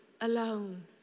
alone